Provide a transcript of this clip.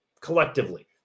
collectively